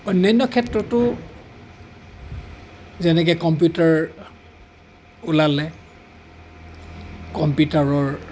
অন্য়ান্য ক্ষেত্ৰতো যেনেকৈ কম্পিউটাৰ ওলালে কম্পিউটাৰৰ